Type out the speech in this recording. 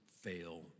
fail